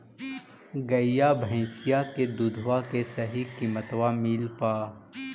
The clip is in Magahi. गईया भैसिया के दूधबा के सही किमतबा मिल पा?